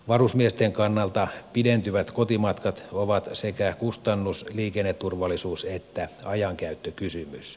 varusmiesten kannalta pidentyvät kotimatkat ovat sekä kustannus liikenneturvallisuus että ajankäyttökysymys